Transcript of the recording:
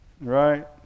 Right